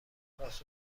پاسخ